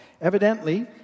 Evidently